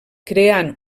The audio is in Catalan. creant